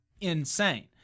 insane